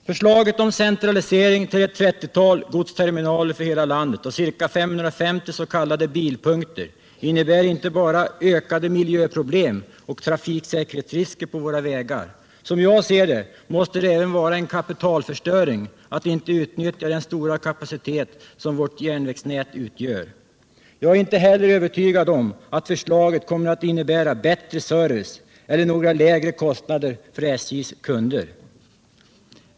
Förslaget om centralisering till ett 30-tal godsterminaler för hela landet och ca 550 s.k. bilpunkter innebär inte bara ökade miljöproblem och trafiksäkerhetsrisker på våra vägar; som jag ser det måste det även vara en kapitalförstöring att inte utnyttja den stora kapacitet som vårt järnvägsnät utgör. Jag är inte heller övertygad om att förslaget kommer att innebära bättre service eller några lägre kostnader för SJ:s kunder.